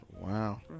wow